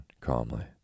calmly